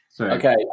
Okay